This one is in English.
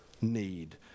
need